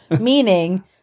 Meaning